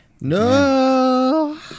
No